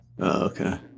okay